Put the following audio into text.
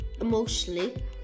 emotionally